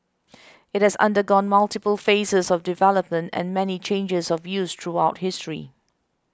it has undergone multiple phases of development and many changes of use throughout history